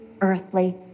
earthly